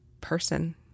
person